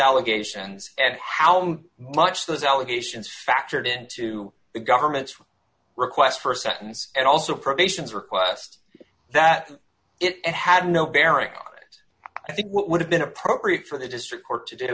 allegations and how much those allegations factored into the government's request for assistance and also probations request that it had no bearing on it i think what would have been appropriate for the district court to do